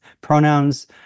pronouns